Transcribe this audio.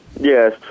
Yes